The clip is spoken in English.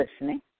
listening